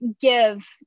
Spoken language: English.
give